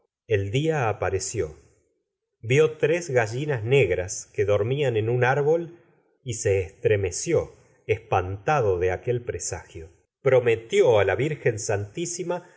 el dia apareció vió tres gallinas negras que dormían en un árbol y se estremeció espantado de aquel presagio prometió á la virgen santísima